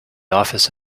office